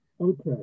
Okay